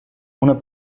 una